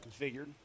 configured